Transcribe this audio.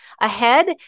ahead